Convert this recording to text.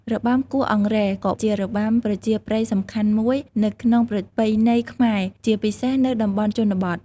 របាំគោះអង្រែ ក៏ជារបាំប្រជាប្រិយសំខាន់មួយនៅក្នុងប្រពៃណីខ្មែរជាពិសេសនៅតំបន់ជនបទ។